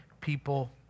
people